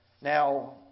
Now